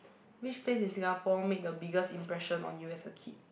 which place in Singapore make the biggest impression on you as a kid